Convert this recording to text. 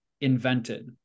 invented